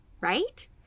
right